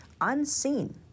unseen